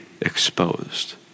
exposed